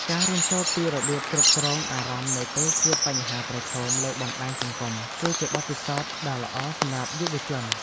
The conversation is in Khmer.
ការរៀនសូត្រពីរបៀបគ្រប់គ្រងអារម្មណ៍នៅពេលជួបបញ្ហាប្រឈមលើបណ្តាញសង្គមគឺជាបទពិសោធន៍ដ៏ល្អសម្រាប់យុវជន។